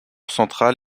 central